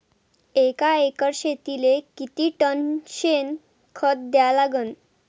एका एकर शेतीले किती टन शेन खत द्या लागन?